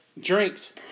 Drinks